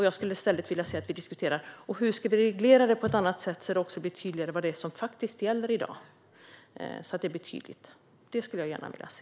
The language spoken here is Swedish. Jag skulle i stället vilja att vi diskuterar hur man kan reglera detta på ett annat sätt så att det blir tydligare vad som faktiskt gäller i dag. Det skulle jag gärna vilja se.